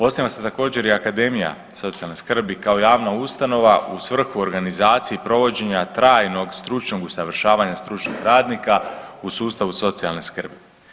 Osniva se također, i Akademija socijalne skrbi kao javna ustanova u svrhu organizacije provođenja trajnog stručnog usavršavanja stručnih radnika u sustavu socijalne skrbi.